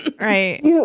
Right